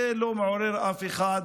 זה לא מעורר אף אחד,